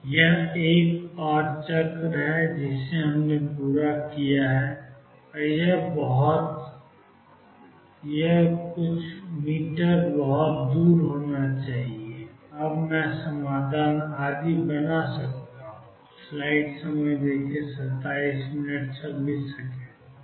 यह एक और चक्र है जिसे हमने पूरा कर लिया है यह मी बहुत दूर होना चाहिए और अब मैं समाधान आदि बना सकता हूं